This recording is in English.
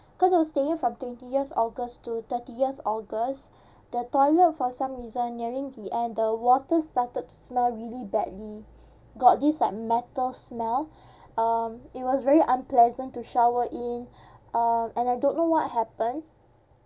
cause I was staying from twentieth august to thirtieth august the toilet for some reason nearing the end the water started to smell really badly got this like metal smell um it was very unpleasant to shower in um and I don't know what happen